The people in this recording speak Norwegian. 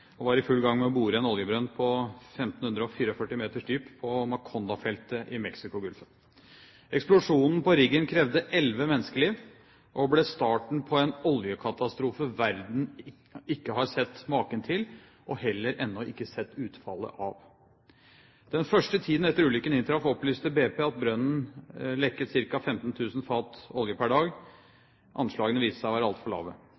og var i full gang med å bore en oljebrønn på 1 544 meters dyp på Macondo-feltet i Mexicogolfen. Eksplosjonen på riggen krevde elleve menneskeliv og ble starten på en oljekatastrofe verden ikke har sett maken til – og heller ennå ikke har sett utfallet av. Den første tiden etter at ulykken inntraff, opplyste BP at brønnen lekket ca. 5 000 fat olje per dag. Anslagene viste seg å være altfor lave,